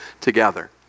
together